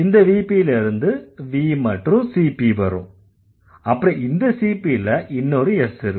இந்த VP ல இருந்து V மற்றும் CP வரும் அப்புறம் இந்த CP ல இன்னொரு S இருக்கும்